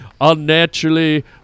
unnaturally